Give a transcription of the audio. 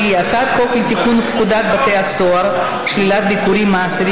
והיא: הצעת חוק לתיקון פקודת בתי הסוהר (שלילת ביקורים מאסירים